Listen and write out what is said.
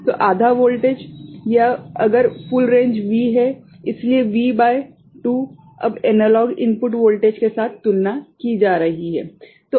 तो आधा वोल्टेज तो यह अगर फुल रेंज V है इसलिए V भागित 2 अब एनालॉग इनपुट वोल्टेज के साथ तुलना की जा रही है